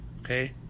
okay